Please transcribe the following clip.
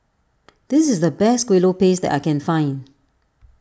this is the best Kuih Lopes I can find